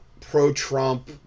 pro-Trump